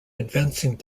advancing